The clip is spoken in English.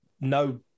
no